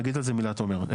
נגיד על זה מילה, תומר.